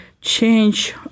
change